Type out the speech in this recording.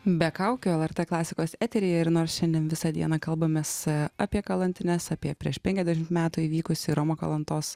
be kaukių lrt klasikos eteryje ir nors šiandien visą dieną kalbamės apie kalantines apie prieš penkiasdešimt metų įvykusį romo kalantos